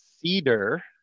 Cedar